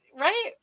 Right